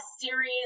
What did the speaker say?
series